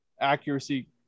accuracy